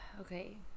Okay